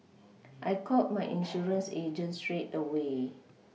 I called my insurance agent straight away